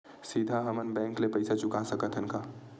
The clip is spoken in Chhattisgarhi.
सीधा हम मन बैंक ले पईसा चुका सकत हन का?